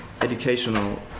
Educational